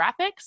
graphics